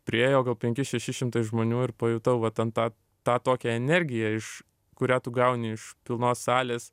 priėjo gal penki šeši šimtai žmonių ir pajutau va ten tą tą tokią energiją iš kurią tu gauni iš pilnos salės